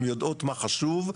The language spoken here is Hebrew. הן יודעות מה חשוב,